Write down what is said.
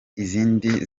izindi